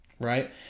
right